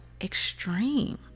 extreme